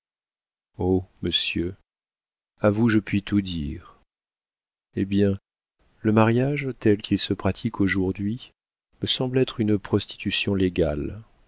oh monsieur à vous je puis tout dire hé bien le mariage tel qu'il se pratique aujourd'hui me semble être une prostitution légale